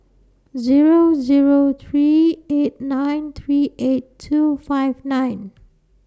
Zero Zero three eight nine three eight two five nine